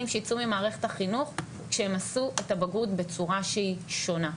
שייצאו ממערכת החינוך כשהם עשו את הבגרות בצורה שהיא שונה,